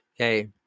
Okay